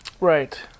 Right